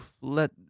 let